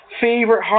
favorite